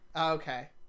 okay